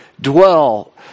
dwell